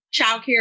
childcare